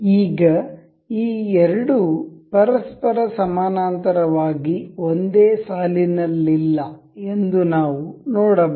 ಈಗ ಈ ಎರಡು ಪರಸ್ಪರ ಸಮಾನಾಂತರವಾಗಿ ಒಂದೇ ಸಾಲಿನಲ್ಲಿಲ್ಲ ಎಂದು ನಾವು ನೋಡಬಹುದು